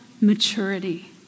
maturity